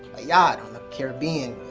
a yacht on the caribbean.